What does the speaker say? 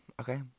Okay